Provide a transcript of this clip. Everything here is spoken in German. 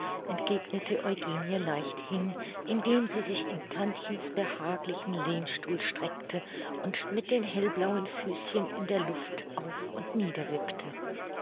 entgegnete eugenie leichthin indem sie sich in tantchens behaglichen lehnstuhl streckte und mit den hellblauen füßchen in der luft auf und